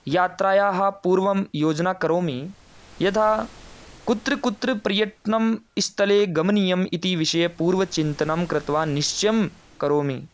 यात्रायाः पूर्वं योजनां करोमि यथा कुत्र कुत्र प्रयत्नं स्थले गमनीयम् इति विषये पूर्वचिन्तनं कृत्वा निश्चयं करोमि